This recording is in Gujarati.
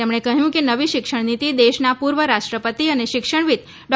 તેમણે કહ્યું કે નવી શિક્ષણ નીતી દેશનાં પૂર્વ રાષ્ટ્રપતિ અને શિક્ષણવિધ ડો